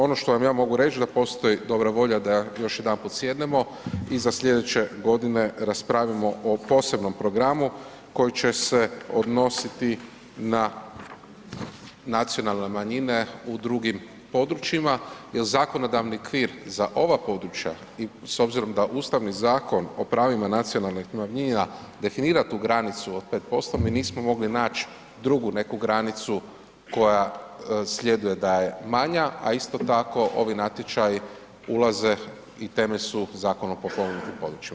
Ono što vam ja mogu reći da postoji dobra volja da još jedanput sjednemo i za sljedeće godine raspravimo o posebnom programu koji će se odnositi na nacionalne manjine u drugim područjima jer zakonodavni okvir za ova područja i s obzirom da Ustavni zakon o pravima nacionalnih manjina definira tu granicu od 5% mi nismo mogli naći drugu neku granicu koja sljeduje da je manja a isto tako ovi natječaji ulaze i temelj su Zakon o potpomognutim područjima.